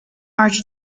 march